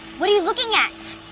what are you looking at?